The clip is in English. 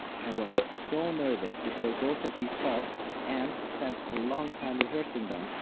i was so nervous before both of these talks and spent a long time rehearsing them,